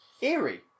Eerie